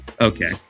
Okay